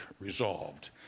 resolved